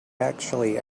actually